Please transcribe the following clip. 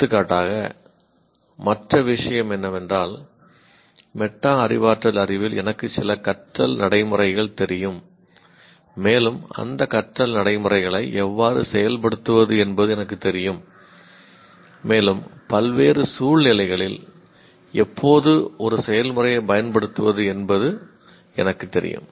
எடுத்துக்காட்டாக மற்ற விஷயம் என்னவென்றால் மெட்டா அறிவாற்றல் அறிவில் எனக்கு சில கற்றல் நடைமுறைகள் தெரியும் மேலும் அந்த கற்றல் நடைமுறைகளை எவ்வாறு செயல்படுத்துவது என்பது எனக்குத் தெரியும் மேலும் பல்வேறு சூழ்நிலைகளில் எப்போது ஒரு செயல்முறையைப் பயன்படுத்துவது என்பது எனக்குத் தெரியும்